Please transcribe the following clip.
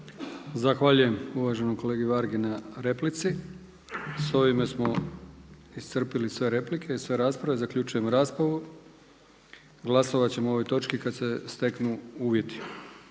Zahvaljujem uvaženom kolegi Vargi na replici. S ovime smo iscrpili sve replike i sve rasprave. Zaključujem raspravu. Glasovat ćemo o ovoj točki kada se steknu uvjeti.